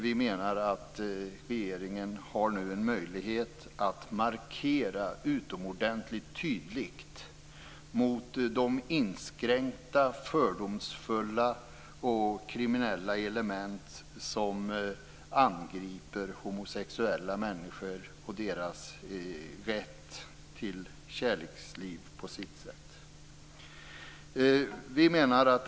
Vi menar att regeringen nu har en möjlighet att utomordentligt tydligt markera mot de inskränkta fördomsfulla och kriminella element som angriper homosexuella människor och deras rätt till kärleksliv på deras sätt.